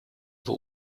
war